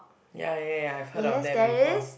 ya ya ya I heard of that before